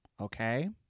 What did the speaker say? Okay